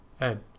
Ed